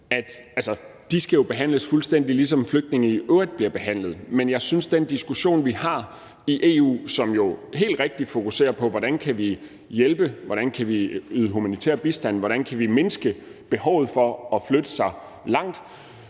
De skal jo behandles, fuldstændig ligesom flygtninge i øvrigt bliver behandlet. Jeg synes, at den diskussion, vi har i EU, som jo helt rigtigt fokuserer på, hvordan vi kan hjælpe, hvordan vi kan yde humanitær bistand, hvordan vi kan mindske behovet for at flytte sig langt,